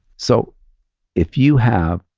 so if you have